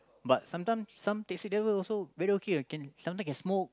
but sometime some taxi driver also very okay can sometime can smoke